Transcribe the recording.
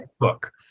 book